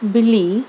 بلی